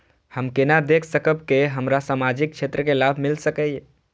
हम केना देख सकब के हमरा सामाजिक क्षेत्र के लाभ मिल सकैये?